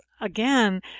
again